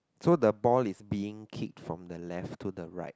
so the ball is being kicked from the left to the right